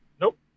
Nope